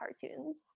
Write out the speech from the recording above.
cartoons